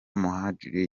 muhadjili